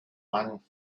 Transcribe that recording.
one